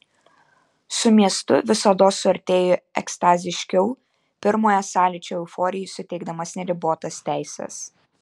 su miestu visados suartėju ekstaziškiau pirmojo sąlyčio euforijai suteikdamas neribotas teises